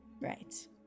Right